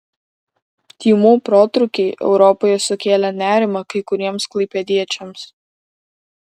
tymų protrūkiai europoje sukėlė nerimą kai kuriems klaipėdiečiams